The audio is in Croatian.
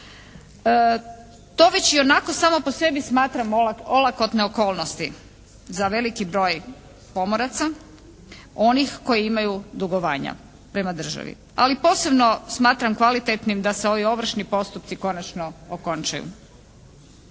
To već ionako samo po sebi smatram olakotne okolnosti za veliki broj pomoraca, onih koji imaju dugovanja prema državi. Ali posebno smatram kvalitetnim da se ovi ovršni postupci konačno okončaju.